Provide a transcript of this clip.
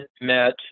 met